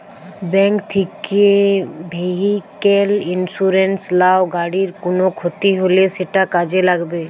bank থিকে vehicle insurance লাও, গাড়ির কুনো ক্ষতি হলে সেটা কাজে লাগবে